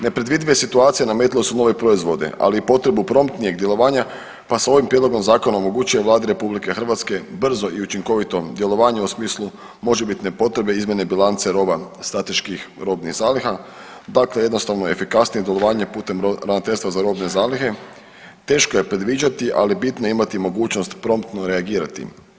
Nepredvidive situacije nametnule su nove proizvode, ali i potrebnu promptnijeg djelovanja pa s ovim prijedlogom Zakona omogućuje Vladi RH brzo i učinkovito djelovanje u smislu možebitne potrebe izmjene bilance roba strateških robnih zaliha, dakle jednostavno efikasnije djelovanje putem Ravnateljstva za robne zalihe, teško je predviđati, ali bitno je imati mogućnost promptno reagirati.